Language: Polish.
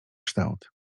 kształt